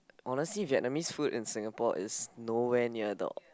honestly Vietnamese food in Singapore is nowhere near the